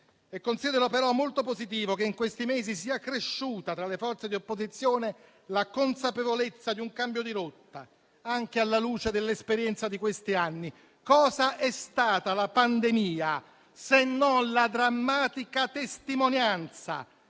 Considero però molto positivo che in questi mesi sia cresciuta tra le forze di opposizione la consapevolezza di un cambio di rotta, anche alla luce dell'esperienza di questi anni. Cos'è stata la pandemia, se non la drammatica testimonianza